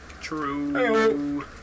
True